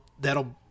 that'll